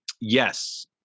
Yes